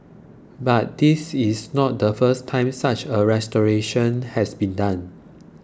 but this is not the first time such a restoration has been done